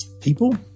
people